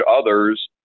others